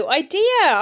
idea